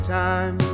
time